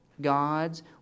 God's